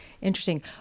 interesting